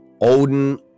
Odin